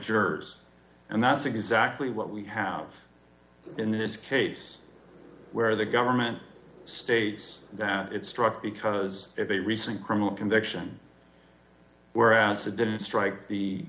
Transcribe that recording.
jurors and that's exactly what we have in this case where the government states that it struck because if a recent criminal conviction whereas it didn't strike the